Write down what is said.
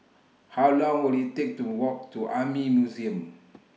How Long Will IT Take to Walk to Army Museum